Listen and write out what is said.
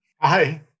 Hi